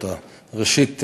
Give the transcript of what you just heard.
ראשית,